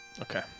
Okay